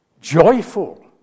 joyful